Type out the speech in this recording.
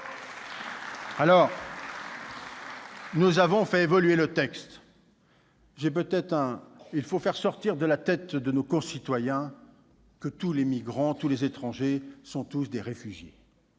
Nous avons fait évoluer le texte. Il faut faire sortir de la tête de nos concitoyens que tous les migrants, tous les étrangers, sont des réfugiés.